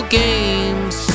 games